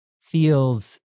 feels